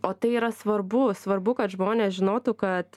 o tai yra svarbu svarbu kad žmonės žinotų kad